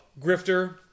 grifter